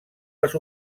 les